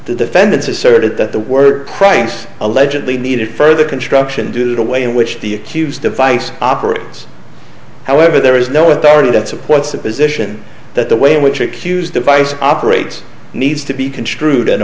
the defendants asserted that the word price allegedly needed further construction due to the way in which the accused device operates however there is no authority that supports the position that the way in which accused device operates needs to be construed